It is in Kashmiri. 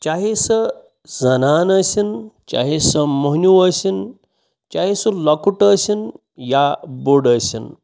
چاہے سۄ زَنان ٲسِن چاہے سۄ موٚہنِو ٲسِن چاہے سُہ لۄکُٹ ٲسِن یا بوٚڑ ٲسِن